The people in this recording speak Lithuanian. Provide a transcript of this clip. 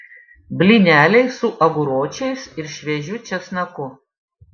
blyneliai su aguročiais ir šviežiu česnaku